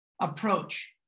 approach